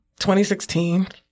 2016